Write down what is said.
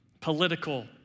political